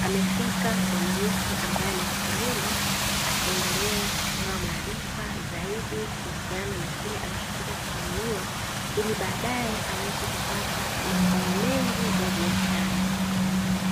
amefika mwanamke ambae ni mkulima akiendelea kupewa maarifa zaidi kuhusiana na kile alichokuja kukinunua, ili baadae aweze kupata mazao mengi ya biashara.